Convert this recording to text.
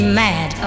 mad